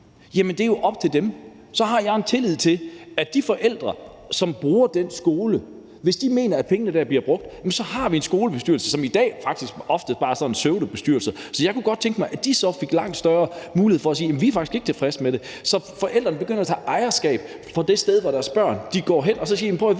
muligt, er jo op til dem. Jeg har tillid til, at hvis de forældre, som bruger den skole, mener, at pengene bliver brugt forkert, så har de en skolebestyrelse at gå til, som i dag faktisk ofte bare er sådan en pseudobestyrelse. Jeg kunne godt tænke mig, at forældrene får langt større mulighed for at sige, at de faktisk ikke er tilfredse med, hvad der sker, og at forældrene begynder at tage ejerskab til det sted, hvor deres barn går i skole, og siger, at de